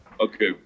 Okay